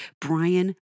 Brian